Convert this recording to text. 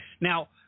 now